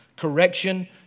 correction